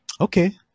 Okay